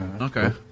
Okay